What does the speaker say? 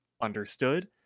understood